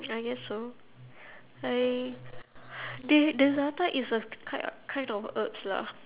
I guess so I the the za'atar is a kind kind of herbs lah